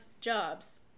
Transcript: jobs